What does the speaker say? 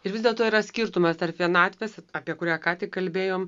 ir vis dėlto yra skirtumas tarp vienatvės vat apie kurią ką tik kalbėjom